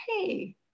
hey